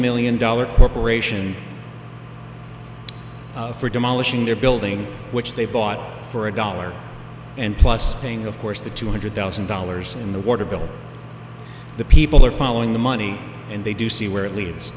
million dollar corporation for demolishing their building which they bought for a dollar and plus thing of course the two hundred thousand dollars in the water bill the people are following the money and they do see where it leads